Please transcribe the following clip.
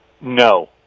no